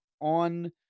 on